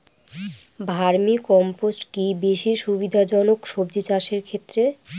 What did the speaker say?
Vermi compost কি বেশী সুবিধা জনক সবজি চাষের ক্ষেত্রে?